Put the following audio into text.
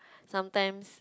sometimes